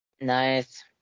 Nice